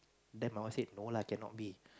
then my mum say no lah cannot be